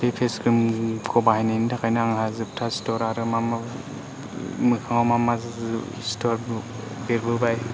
बे फेस क्रिमखौ बाहायनायनि थाखायनो आंहा जोबथा सिथर आरो मा मा मोखाङाव मा मा सिथर बेरबोबाय